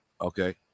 Okay